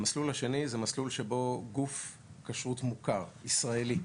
המסלול השני זה מסלול שבו גוף כשרות מוכר, ישראלי,